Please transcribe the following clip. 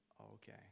Okay